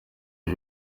ibi